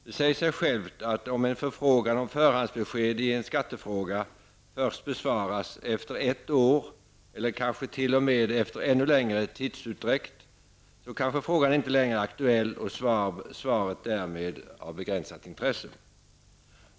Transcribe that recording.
Det säger sig självt att om en förfrågan om förhandsbesked i en skattefråga besvaras först efter ett år eller kanske t.o.m. efter ännu längre tidsutdräkt, då kanske frågan inte längre är aktuell och svaret därmed av begränsat intresse.